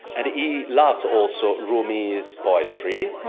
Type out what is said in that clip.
and he loves also rumi's poetry.